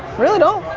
really don't,